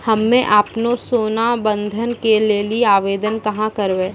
हम्मे आपनौ सोना बंधन के लेली आवेदन कहाँ करवै?